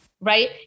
right